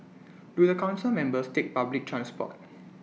do the Council members take public transport